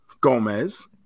Gomez